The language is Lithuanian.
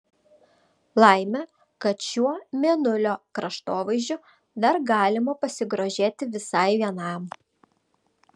laimė kad šiuo mėnulio kraštovaizdžiu dar galima pasigrožėti visai vienam